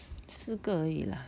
四个而已 lah